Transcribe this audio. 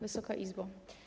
Wysoka Izbo!